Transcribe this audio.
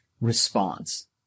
response